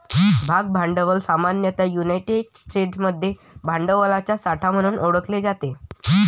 भाग भांडवल सामान्यतः युनायटेड स्टेट्समध्ये भांडवलाचा साठा म्हणून ओळखले जाते